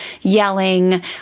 yelling